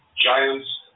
Giants